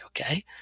okay